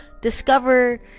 discover